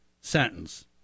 sentence